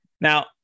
Now